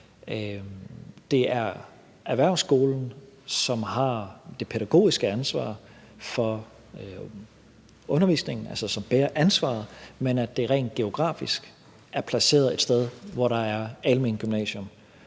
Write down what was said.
det er erhvervsskolen, som har det pædagogiske ansvar for undervisningen, altså som bærer ansvaret, men at det rent geografisk er placeret et sted, hvor der er alment gymnasium.